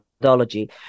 methodology